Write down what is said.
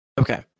Okay